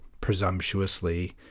presumptuously